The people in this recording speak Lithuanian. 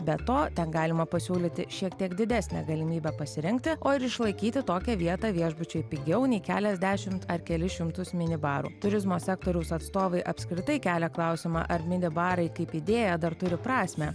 be to ten galima pasiūlyti šiek tiek didesnę galimybę pasirengti o ir išlaikyti tokią vietą viešbučiai pigiau nei keliasdešimt ar kelis šimtus mini barų turizmo sektoriaus atstovai apskritai kelia klausimą ar mini barai kaip idėja dar turi prasmę